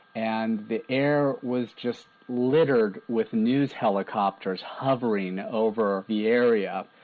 and the air was just littered with news helicopters hovering over the area.